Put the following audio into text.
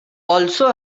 also